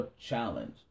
Challenge